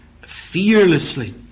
fearlessly